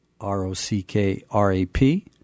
R-O-C-K-R-A-P